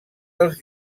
dels